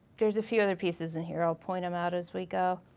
there's a few other pieces in here, i'll point em out as we go.